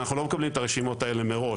אנחנו לא מקבלים את הרשימות האלה מראש